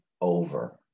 over